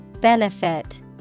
Benefit